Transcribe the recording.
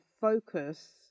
focus